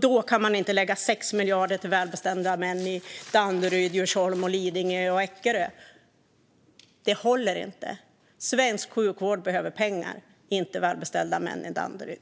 Då kan man inte lägga 6 miljarder till välbeställda män i Danderyd, Djursholm, Lidingö och Ekerö. Det håller inte. Svensk sjukvård behöver pengar, inte välbeställda män i Danderyd.